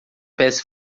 pés